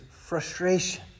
frustration